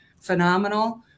Phenomenal